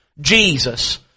Jesus